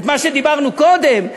את מה שדיברנו קודם,